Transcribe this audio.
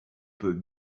peut